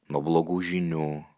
nuo blogų žinių